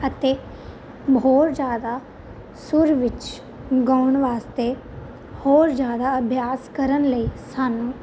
ਅਤੇ ਹੋਰ ਜ਼ਿਆਦਾ ਸੁਰ ਵਿੱਚ ਗਾਉਣ ਵਾਸਤੇ ਹੋਰ ਜ਼ਿਆਦਾ ਅਭਿਆਸ ਕਰਨ ਲਈ ਸਾਨੂੰ